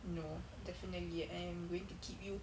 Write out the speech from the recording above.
no definitely I'm going to keep you